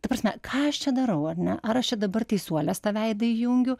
ta prasme ką aš čia darau ar ne ar aš čia dabar teisuolės tą veidą įjungiu